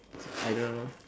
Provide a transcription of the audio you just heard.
I don't know